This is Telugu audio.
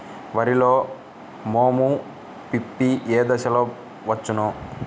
వరిలో మోము పిప్పి ఏ దశలో వచ్చును?